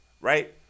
right